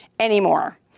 anymore